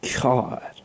God